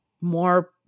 more